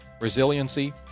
resiliency